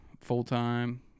full-time